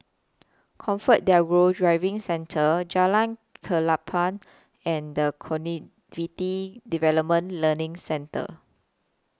ComfortDelGro Driving Centre Jalan Klapa and The Cognitive Development Learning Centre